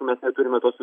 mes neturime tos